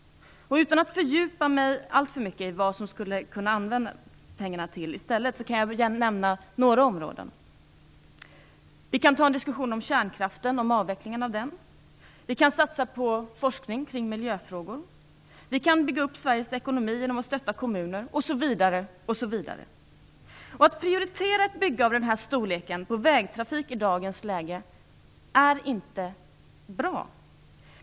Utan att fördjupa mig alltför mycket i vad de skulle kunna användas till kan jag nämna några områden. Vi kan ta en diskussion om avvecklingen av kärnkraften. Vi kan satsa på forskning kring miljöfrågor. Vi kan bygga upp Sveriges ekonomi genom att stötta kommunuer osv. Att prioritera ett bygge av den här storleken inom vägtrafiken i dagens läge är inte bra.